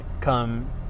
come